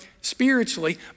spiritually